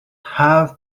have